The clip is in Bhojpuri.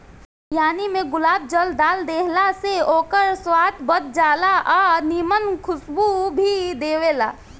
बिरयानी में गुलाब जल डाल देहला से ओकर स्वाद बढ़ जाला आ निमन खुशबू भी देबेला